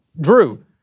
Drew